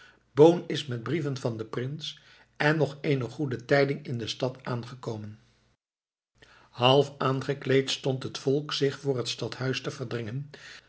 boon is met brieven van den prins en nog eene goede tijding in de stad aangekomen half aangekleed stond het volk zich voor het stadhuis te verdringen